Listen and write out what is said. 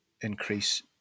increase